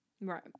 Right